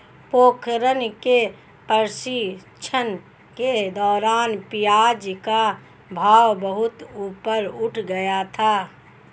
पोखरण के प्रशिक्षण के दौरान प्याज का भाव बहुत ऊपर उठ गया था